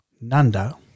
Nanda